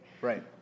Right